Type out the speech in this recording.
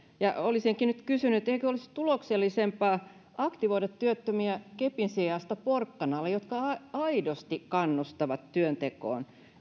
olisinkin nyt kysynyt eikö olisi tuloksellisempaa aktivoida työttömiä kepin sijasta porkkanalla joka aidosti kannustaa työntekoon